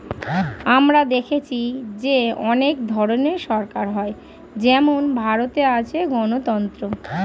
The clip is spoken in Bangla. আমরা দেখেছি যে অনেক ধরনের সরকার হয় যেমন ভারতে আছে গণতন্ত্র